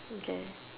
okay